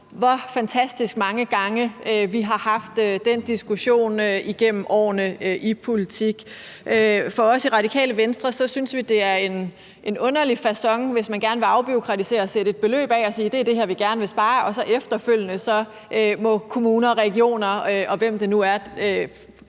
hvor fantastisk mange gange vi har haft den diskussion igennem årene i politik. I Radikale Venstre synes vi, det er en underlig facon, hvis man gerne vil afbureaukratisere, at sætte et beløb af og sige, at det er det her, man gerne vil spare, og at kommuner og regioner, og hvem det nu er,